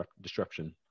disruption